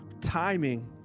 Timing